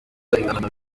ibihangano